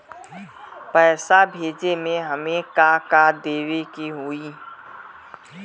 पैसा भेजे में हमे का का देवे के होई?